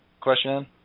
question